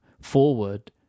forward